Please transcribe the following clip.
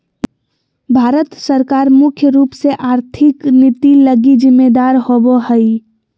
भारत सरकार मुख्य रूप से आर्थिक नीति लगी जिम्मेदर होबो हइ